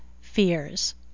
fears